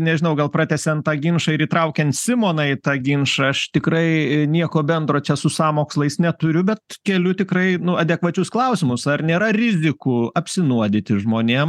nežinau gal pratęsiant tą ginčą ir įtraukiant simoną į tą ginčą aš tikrai nieko bendro čia su sąmokslais neturiu bet keliu tikrai nu adekvačius klausimus ar nėra rizikų apsinuodyti žmonėm